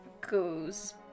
goes